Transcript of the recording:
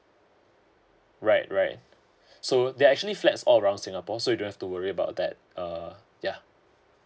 right right so there are actually flats all around singapore so you don't have to worry about that uh yeah